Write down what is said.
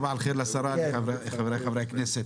סבאח אל ח'יר לשרה ולחברי הכנסת.